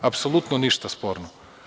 Apsolutno ništa sporno.